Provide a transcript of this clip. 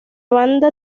banda